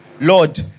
Lord